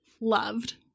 Loved